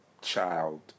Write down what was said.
child